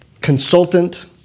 consultant